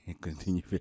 continue